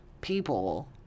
people